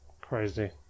crazy